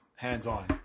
Hands-on